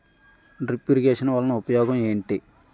drip irrigation వలన ఉపయోగం ఏంటి